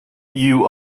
you